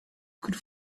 could